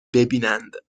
ببینند